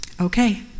Okay